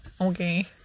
okay